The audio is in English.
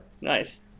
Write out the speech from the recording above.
Nice